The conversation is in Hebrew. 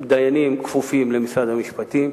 דיינים כפופים למשרד המשפטים.